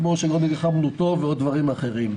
למשל שלא נלחמנו טוב ועוד דברים אחרים.